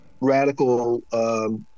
radical